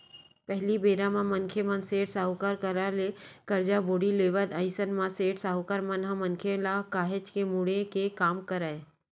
पहिली बेरा म मनखे मन सेठ, साहूकार करा ले करजा बोड़ी लेवय अइसन म सेठ, साहूकार मन ह मनखे मन ल काहेच के मुड़े के काम करय